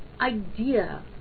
idea